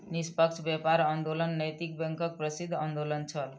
निष्पक्ष व्यापार आंदोलन नैतिक बैंकक प्रसिद्ध आंदोलन छल